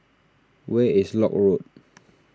where is Lock Road